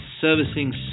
servicing